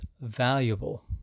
valuable